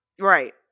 Right